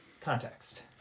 context